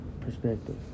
perspective